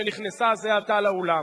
שנכנסה זה עתה לאולם.